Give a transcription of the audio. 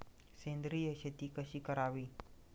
सेंद्रिय शेती कशी करावी?